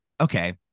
okay